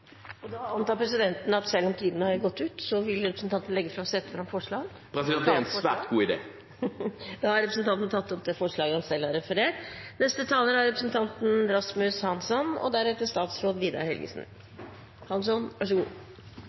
Og da antar presidenten, selv om tiden er ute, at representanten vil sette fram et forslag? President – det er en svært god idé! Da har representanten Heikki Eidsvoll Holmås tatt opp det forslaget han refererte til. Miljøpartiet De Grønne er tilhenger av en satsing på biodrivstoff i transportnæringen, og